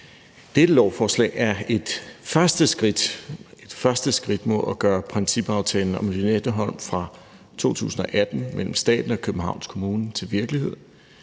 første skridt – et første skridt – mod at gøre principaftalen om Lynetteholm fra 2018 mellem staten og Københavns Kommune til virkelighed.